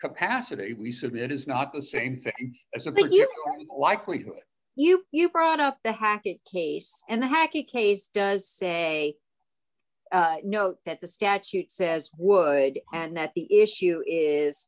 capacity we submit is not the same thing as a big likelihood you you brought up the hackett case and the hacky case does say no that the statute says would and that the issue is